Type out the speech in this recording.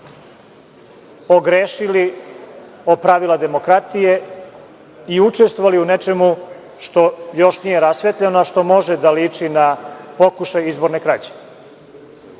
ogrešili o pravila demokratije i učestvovali u nečemu što još nije rasvetljeno, a što može da liči na pokušaj izborne krađe.